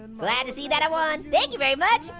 glad to see that i won. thank you very much,